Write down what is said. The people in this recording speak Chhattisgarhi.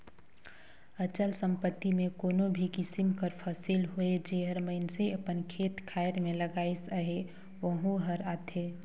अचल संपत्ति में कोनो भी किसिम कर फसिल होए जेहर मइनसे अपन खेत खाएर में लगाइस अहे वहूँ हर आथे